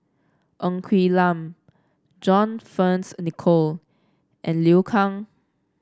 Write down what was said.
Ng Quee Lam John Fearns Nicoll and Liu Kang